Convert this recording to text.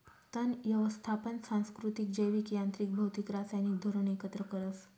तण यवस्थापन सांस्कृतिक, जैविक, यांत्रिक, भौतिक, रासायनिक धोरण एकत्र करस